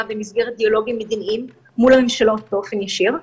במסגרת דיאלוגים מדיניים מול הממשלות באופן ישיר,